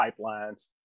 pipelines